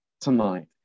tonight